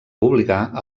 publicar